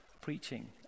preaching